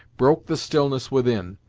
broke the stillness within,